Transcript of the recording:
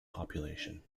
population